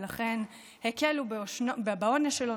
ולכן הקלו בעונש שלו,